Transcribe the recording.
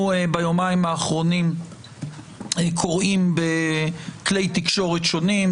ביומיים האחרונים אנחנו קוראים בכלי תקשורת שונים,